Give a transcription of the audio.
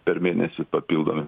per mėnesį papildomi